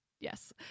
yes